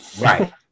Right